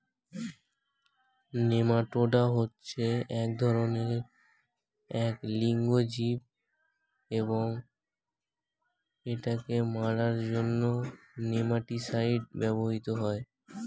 nematoda হচ্ছে এক ধরণের এক লিঙ্গ জীব এবং এটাকে মারার জন্য নেমাটিসাইড ব্যবহৃত হয়